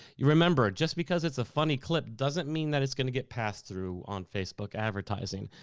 you remember, just because it's a funny clip doesn't mean that it's gonna get pass-through on facebook advertising.